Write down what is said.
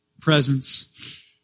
presence